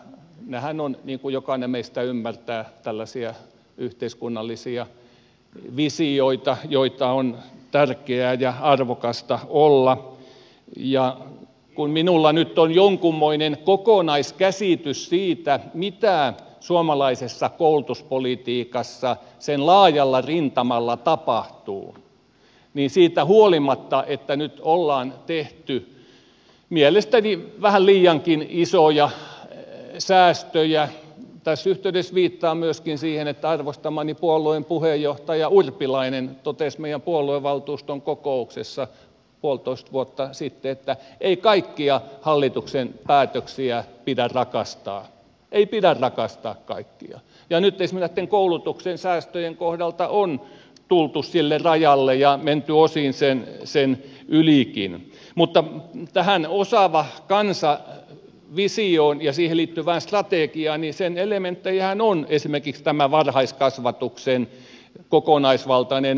nämähän ovat niin kuin jokainen meistä ymmärtää tällaisia yhteiskunnallisia visioita joita on tärkeää ja arvokasta olla ja kun minulla nyt on jonkunmoinen kokonaiskäsitys siitä mitä suomalaisessa koulutuspolitiikassa sen laajalla rintamalla tapahtuu niin siitä huolimatta että nyt ollaan tehty mielestäni vähän liiankin isoja säästöjä tässä yhteydessä viittaan myöskin siihen että arvostamani puolueen puheenjohtaja urpilainen totesi meidän puoluevaltuuston kokouksessa puolitoista vuotta sitten että ei kaikkia hallituksen päätöksiä pidä rakastaa ei pidä rakastaa kaikkia ja nyt esimerkiksi näitten koulutuksen säästöjen kohdalta on tultu sille rajalle ja menty osin sen ylikin mutta vähän uusia ovat kansan osaava kansa vision ja siihen liittyvän strategian elementtejähän on esimerkiksi tämä varhaiskasvatuksen kokonaisvaltainen uudistaminen